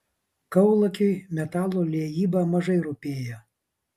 kaulakiui metalo liejyba mažai rūpėjo